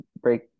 break